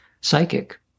psychic